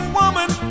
woman